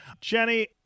Jenny